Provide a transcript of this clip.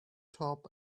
top